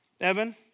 Evan